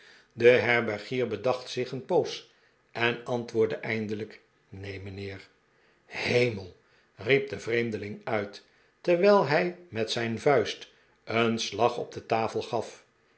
de herbergier bedaeht zich een poos en antwoordde eindelijk neen mijnheer hemel riep de vreemdeling uit terwijl hij met zijn vuist een slag op de tafel gaf